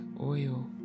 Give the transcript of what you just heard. oil